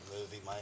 movie